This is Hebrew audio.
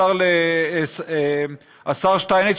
השר שטייניץ,